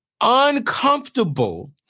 uncomfortable